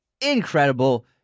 incredible